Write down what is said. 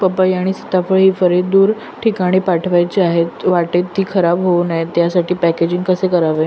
पपई आणि सीताफळ हि फळे दूर ठिकाणी पाठवायची आहेत, वाटेत ति खराब होऊ नये यासाठी पॅकेजिंग कसे करावे?